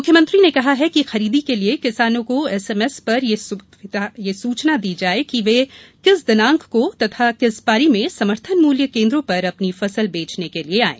मुख्यमंत्री ने कहा है कि खरीदी के लिए किसानों को एसएमएस पर यह सूचना दी जाए कि वे किस दिनांक को तथा किस पारी में समर्थन मूल्य केन्द्रों पर अपनी फसल बेचने के लिए आएं